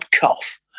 cough